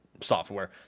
software